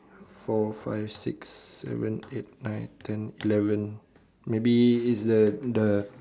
four five six seven eight nine ten eleven maybe is the the